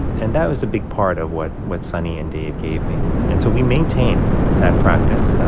and that was a big part of what what sonny and dave gave me and so we maintain that practice.